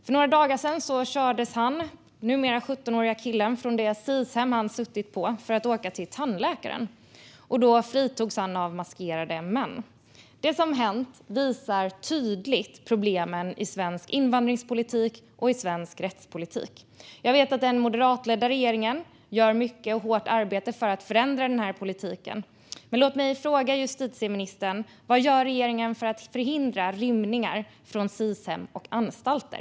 För några dagar sedan kördes den numera 17-årige killen från det Sis-hem som han suttit på för att åka till tandläkaren. Då fritogs han av maskerade män. Det som har hänt visar tydligt problemen i svensk invandringspolitik och i svensk rättspolitik. Jag vet att den moderatledda regeringen gör mycket och arbetar hårt för att förändra denna politik, men låt mig fråga justitieministern: Vad gör regeringen för att förhindra rymningar från Sis-hem och anstalter?